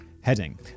heading